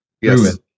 Yes